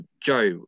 Joe